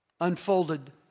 unfolded